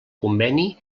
conveni